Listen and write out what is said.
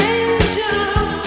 Angel